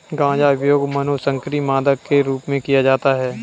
गांजा उपयोग मनोसक्रिय मादक के रूप में किया जाता है